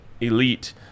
Elite